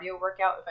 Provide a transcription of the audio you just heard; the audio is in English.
workout